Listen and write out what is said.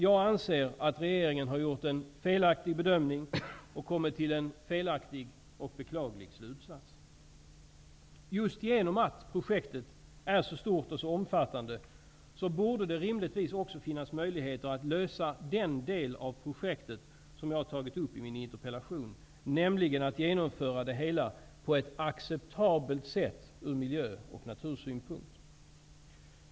Jag anser att regeringen har gjort en felaktig bedömning och kommit till en felaktig och beklaglig slutsats. Just genom att projektet är så stort och så omfattande borde det rimligtvis också finnas möjlighet att lösa problemen i den del av projektet som jag har tagit upp i min interpellation, nämligen att genomföra det hela på ett acceptabelt sätt från miljö och natursynpunkt.